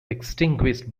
extinguished